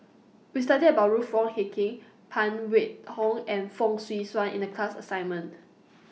We studied about Ruth Wong Hie King Phan Wait Hong and Fong Swee Suan in The class assignment